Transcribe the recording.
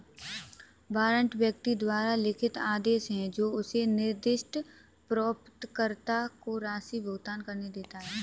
warrant व्यक्ति द्वारा लिखित आदेश है जो उसे निर्दिष्ट प्राप्तकर्ता को राशि भुगतान करने देता है